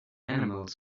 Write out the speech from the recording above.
animals